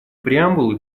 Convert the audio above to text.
преамбулы